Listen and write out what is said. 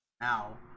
now